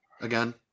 again